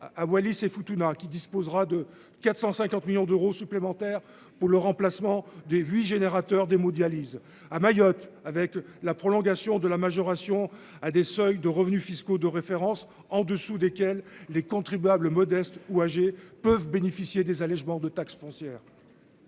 à Wallis et Futuna, qui disposera de 450 millions d'euros supplémentaires pour le remplacement des huit générateurs d'hémodialyse à Mayotte avec la prolongation de la majoration à des seuils de revenus fiscaux de référence en dessous desquels les contribuables modestes ou âgées peuvent bénéficier des allégements de taxe foncière.--